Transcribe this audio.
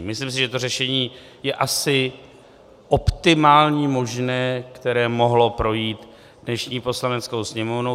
Myslím, že to řešení je asi optimálně možné, které mohlo projít dnešní Poslaneckou sněmovnou.